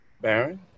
Baron